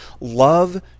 love